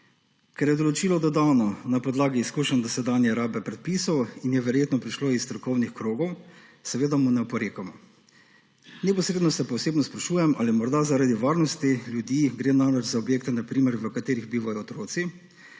Ker je določilo dodano na podlagi izkušenj dosedanje rabe predpisov in je verjetno prišlo iz strokovnih krogov, mu ne oporekamo. Neposredno se pa osebno sprašujem, ali je morda zaradi varnosti ljudi, gre namreč za objekte, na primer, v katerih bivajo otroci